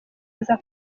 aza